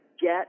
Get